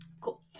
cool